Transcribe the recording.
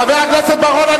חבר הכנסת בר-און,